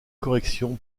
correction